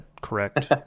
Correct